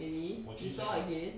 really you saw again